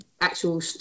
actual